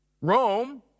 Rome